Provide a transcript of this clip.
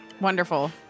Wonderful